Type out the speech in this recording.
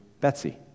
Betsy